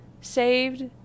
saved